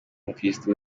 umukirisitu